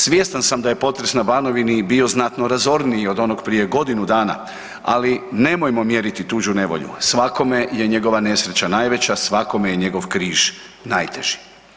Svjestan sam da je potres na Banovini bio i znatno razorniji od onog prije godinu dana, ali nemojmo mjeriti tuđu nevolju, svakome je njegova nesreća najveća, svakome je njegov križ najteži.